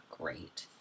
great